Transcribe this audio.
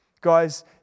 Guys